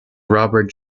robert